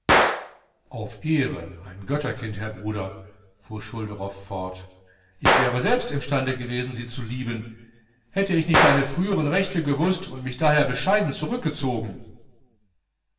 auf ehre ein götterkind herr bruder fuhr schulderoff fort ich wäre selbst imstande gewesen sie zu lieben hätte ich nicht deine frühern rechte gewußt und mich daher bescheiden zurückgezogen